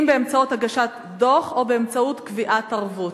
אם באמצעות הגשת דוח או באמצעות קביעת ערבות.